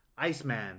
Iceman